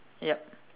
yup